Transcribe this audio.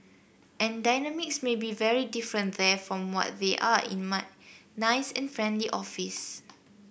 and dynamics may be very different there from what they are in my nice and friendly office